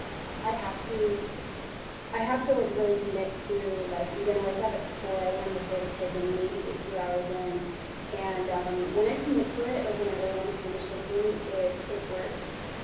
i have to i have to like really commit to like i'm gonna wake up at four zero am before the kids and maybe get two hours in and um when i commit to it it like when i really want to finish something it it works.